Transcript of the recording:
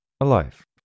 Alive